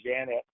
Janet